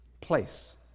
place